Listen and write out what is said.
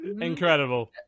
Incredible